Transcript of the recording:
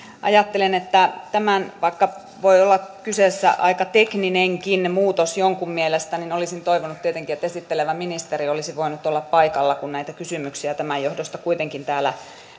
ajattelen että vaikka voi olla kyseessä aika tekninenkin muutos jonkun mielestä niin olisin toivonut tietenkin että esittelevä ministeri olisi voinut olla paikalla kun näitä kysymyksiä tämän johdosta kuitenkin täällä